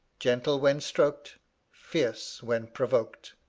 gentle when stroked fierce when provoked.